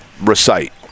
recite